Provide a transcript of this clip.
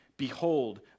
Behold